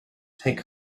take